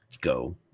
go